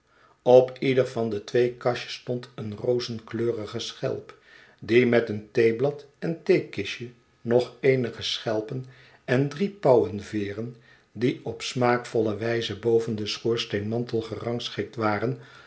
op ieder van de twee kastjes stond een rozenkleurige schelp die met een theeblad en theekistje nog eenige schelpen en drie pauwenveeren die op smaakvolle wijze boven den schoorsteenmantel gerangschikt waren